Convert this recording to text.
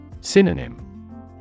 Synonym